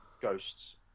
Ghosts